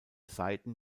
seiten